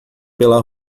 pela